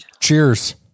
Cheers